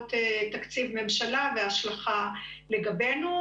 בעקבות תקציב ממשלה והשלכה לגבינו,